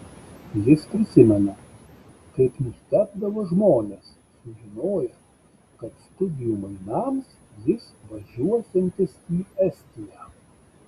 jis prisimena kaip nustebdavo žmonės sužinoję kad studijų mainams jis važiuosiantis į estiją